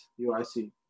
UIC